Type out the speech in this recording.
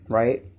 right